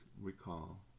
recall